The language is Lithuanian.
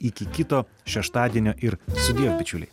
iki kito šeštadienio ir sudiev bičiuliai